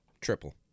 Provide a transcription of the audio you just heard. Triple